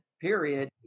period